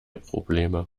probleme